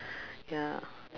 ya